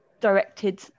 directed